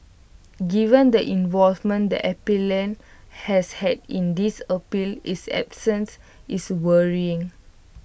given the involvement the appellant has had in this appeal his absence is worrying